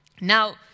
now